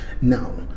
now